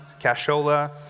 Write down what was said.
cashola